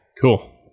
Cool